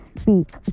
speak